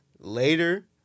Later